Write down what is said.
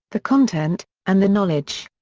the content, and the knowledge.